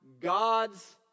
God's